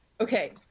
Okay